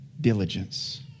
diligence